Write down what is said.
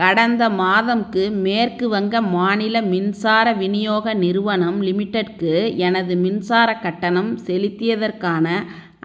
கடந்த மாதமுக்கு மேற்குவங்க மாநில மின்சார விநியோக நிறுவனம் லிமிடெட்க்கு எனது மின்சாரக் கட்டணம் செலுத்தியதற்கான